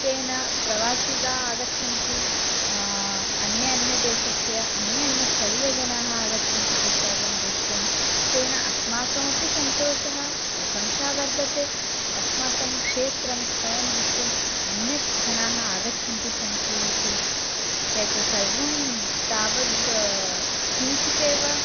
तेन प्रवासिगा आगच्छन्ति अन्य अन्यदेशस्य अन्य अन्यस्थळीयजनाः आगच्छन्ति तत्सर्वं द्रष्टुं तेन अस्माकमपि सन्तोषः प्रसंशा वर्धते अस्माकं क्षेत्रं स्थळं द्रष्टुम् अन्यत् जनाः आगच्छन्ति सन्ति इति एतत् सर्वं तावत् किञ्चिदेव